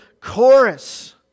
chorus